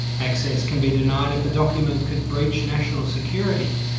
access can be denied if a document could breach national security,